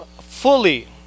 fully